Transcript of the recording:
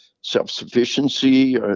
self-sufficiency